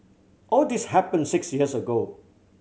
all this happened six years ago